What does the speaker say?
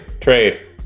trade